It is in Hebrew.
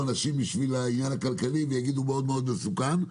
אנשים בשביל העניין הכלכלי ויגידו: מאוד מאוד מסוכן,